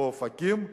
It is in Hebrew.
באופקים,